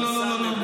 אני שם לב לזה.